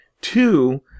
Two